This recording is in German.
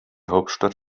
hauptstadt